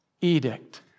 edict